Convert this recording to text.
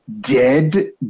Dead